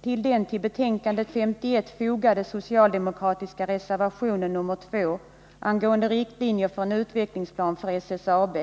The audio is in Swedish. till den till betänkandet nr 51 fogade socialdemokratiska reservationen nr 2 angående riktlinjer för en utvecklingsplan för SSAB.